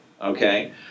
okay